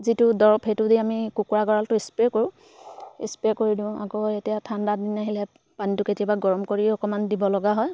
যিটো দৰৱ সেইটো দি আমি কুকুৰা গঁৰালটো স্প্ৰে' কৰোঁ স্প্ৰে কৰি দিওঁ আকৌ এতিয়া ঠাণ্ডা দিন আহিলে পানীটো কেতিয়াবা গৰম কৰি অকণমান দিব লগা হয়